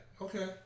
Okay